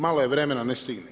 Malo je vremena ne stignem.